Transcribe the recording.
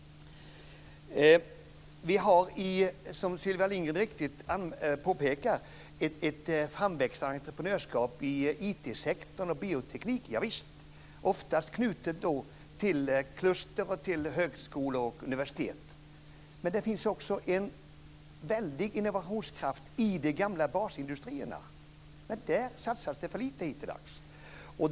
Vi har, som Sylvia Lindgren mycket riktigt påpekar, ett framväxande entreprenörskap i IT-sektorn och inom bioteknik - javisst! Oftast är det knutet till kluster och till högskolor och universitet. Men det finns också en väldig innovationskraft i de gamla basindustrierna, men där satsas det för lite i dag.